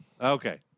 Okay